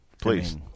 please